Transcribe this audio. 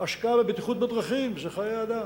השקעה בבטיחות בדרכים זה חיי אדם,